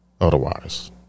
Otherwise